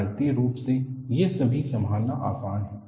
गणितीय रूप से ये सभी संभालना आसान हैं